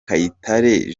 kayitare